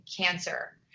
cancer